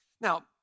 Now